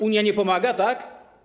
Unia nie pomaga, tak?